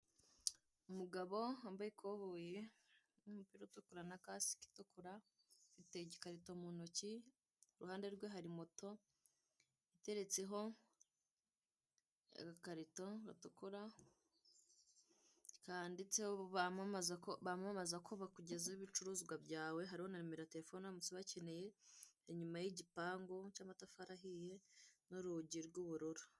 Umugabo wambaye ikoboyi n'umupira utukura na kasike itukura ufite igikarito mu ntoki, ku ruhande rwe hari moto iteretseho agakarito gatukura bamamaza ko bakugezaho ibicuruzwa byawe. Hariho na nimero uramutse ubakeneye, inyuma y'igipangu cy'amatafari ahiye n'urugi ry'ubururu